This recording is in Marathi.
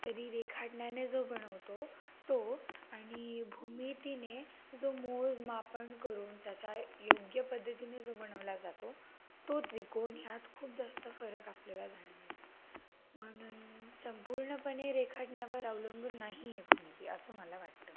तरी रेखाटण्याने जो बनवतो तो आणि भूमितीने जो मोज मापन करून त्याचा योग्य पद्धतीने जो बनवला जातो तो त्रिकोण ह्यात खूप जास्त फरक आपल्याला जाणवेल म्हणून संपूर्णपणे रेखाटण्यावर अवलंबून नाही आहे भूमिती असं मला वाटतं